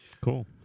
Cool